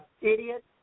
idiot